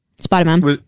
Spider-Man